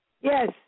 Yes